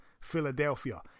Philadelphia